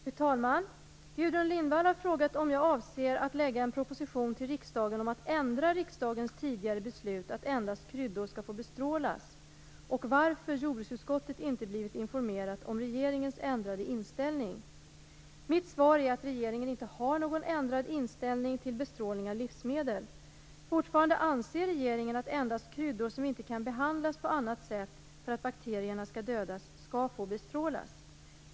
Fru talman! Gudrun Lindvall har frågat mig om jag avser att lägga fram en proposition till riksdagen om att ändra riksdagens tidigare beslut om att endast kryddor skall få bestrålas, och varför jordbruksutskottet inte blivit informerat om regeringens ändrade inställning. Mitt svar är att regeringen inte har någon ändrad inställning till bestrålning av livsmedel. Fortfarande anser regeringen att endast kryddor, som inte kan behandlas på annat sätt för att bakterierna skall dödas, skall få bestrålas.